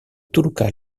toluca